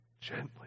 gently